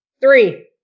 Three